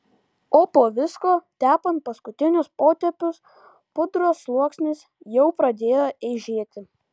o po visko tepant paskutinius potėpius pudros sluoksnis jau pradėjo eižėti